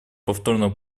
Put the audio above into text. повторного